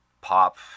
pop